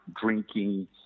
drinking